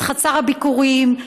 חצר הביקורים,